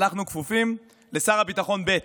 אנחנו כפופים לשר הביטחון ב'.